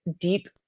deep